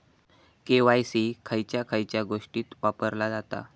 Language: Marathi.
के.वाय.सी खयच्या खयच्या गोष्टीत वापरला जाता?